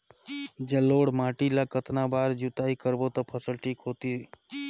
जलोढ़ माटी ला कतना बार जुताई करबो ता फसल ठीक होती?